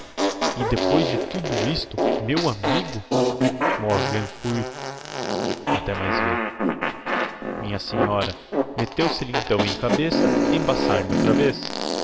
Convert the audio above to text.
e depois de tudo isto meu amigo morgen früh minha senhora metteu se lhe então em cabeça embaçar me outra vez